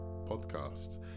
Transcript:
podcast